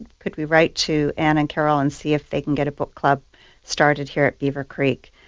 could we write to ann and carol and see if they can get a book club started here at beaver creek.